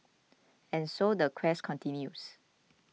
and so the quest continues